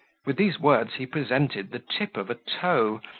with these words he presented the tip of a toe,